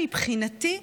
מבחינתי,